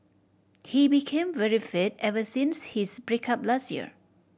he became very fit ever since his break up last year